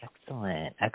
Excellent